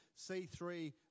C3